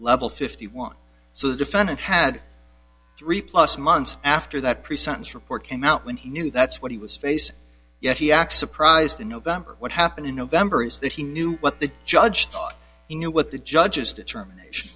level fifty one so the defendant had three plus months after that pre sentence report came out when he knew that's what he was facing yet he acts surprised in november what happened in november is that he knew what the judge thought he knew what the judge's determination